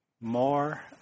more